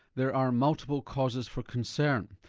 there are multiple causes for concern.